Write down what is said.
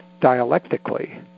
dialectically